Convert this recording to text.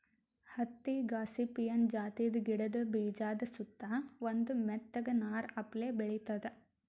ಹತ್ತಿ ಗಾಸಿಪಿಯನ್ ಜಾತಿದ್ ಗಿಡದ ಬೀಜಾದ ಸುತ್ತಾ ಒಂದ್ ಮೆತ್ತಗ್ ನಾರ್ ಅಪ್ಲೆ ಬೆಳಿತದ್